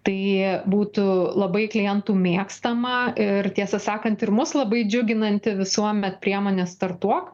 tai būtų labai klientų mėgstama ir tiesą sakant ir mus labai džiuginanti visuomet priemonės startuok